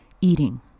eating